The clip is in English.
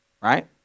Right